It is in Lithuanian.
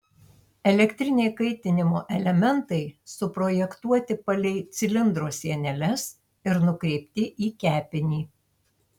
elektriniai kaitinimo elementai suprojektuoti palei cilindro sieneles ir nukreipti į kepinį